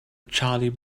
charlie